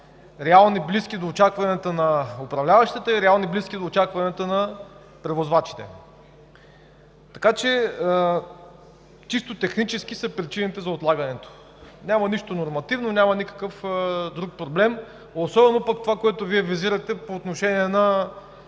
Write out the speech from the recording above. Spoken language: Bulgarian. реални и близки до очакванията на управляващите, реални и близки до очакванията на превозвачите. Така че чисто технически са причините за отлагането. Няма нищо нормативно, няма никакъв друг проблем, особено пък това, което Вие визирате по отношение на